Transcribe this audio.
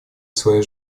свои